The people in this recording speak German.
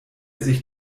sich